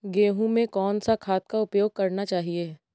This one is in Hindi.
गेहूँ में कौन सा खाद का उपयोग करना चाहिए?